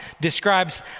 describes